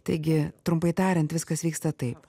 taigi trumpai tariant viskas vyksta taip